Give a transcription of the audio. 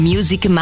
Music